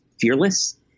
fearless